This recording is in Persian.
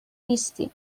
نیستی